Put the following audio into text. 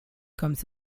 comes